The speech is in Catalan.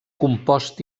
compost